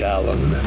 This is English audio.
Allen